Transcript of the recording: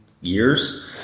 years